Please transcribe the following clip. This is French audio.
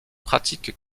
pratiques